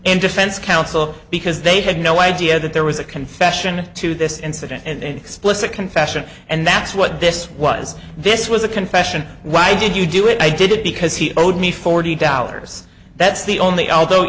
and defense counsel because they had no idea that there was a confession to this incident and explicit confession and that's what this was this was a confession why did you do it i did it because he owed me forty dollars that's the only although